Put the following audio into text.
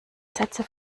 sätze